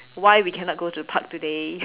why we cannot go to the park today